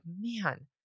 man